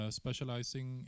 specializing